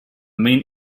main